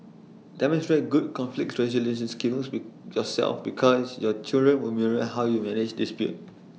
demonstrate good conflict resolution skills be yourself because your children will mirror how you manage dispute